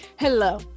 Hello